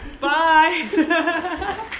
Bye